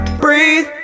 breathe